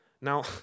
now